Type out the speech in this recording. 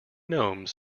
gnome